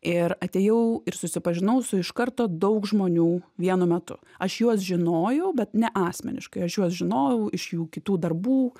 ir atėjau ir susipažinau su iš karto daug žmonių vienu metu aš juos žinojau bet ne asmeniškai aš juos žinojau iš jų kitų darbų